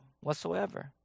whatsoever